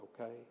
okay